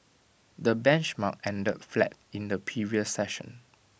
the benchmark ended flat in the previous session